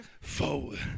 forward